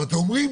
אבל אתם אומרים: